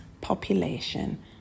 population